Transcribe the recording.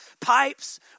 pipes